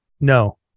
No